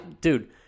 Dude